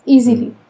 Easily